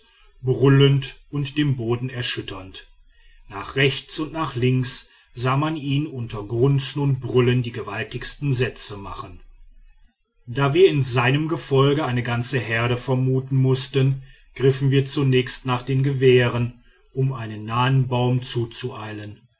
brüllend und den boden erschütternd nach rechts und nach links sah man ihn unter grunzen und brüllen die gewaltigsten sätze machen eine aufregende begegnung da wir in seinem gefolge eine ganze herde vermuten mußten griffen wir zunächst nach den gewehren um einem nahen baume zuzueilen